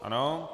Ano.